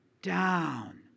Down